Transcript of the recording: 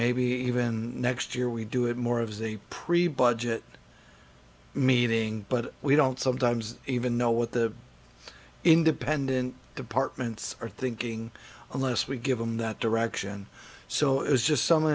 maybe even next year we do it more of the pre budget meeting but we don't sometimes even know what the independent departments are thinking unless we give them that direction so it's just some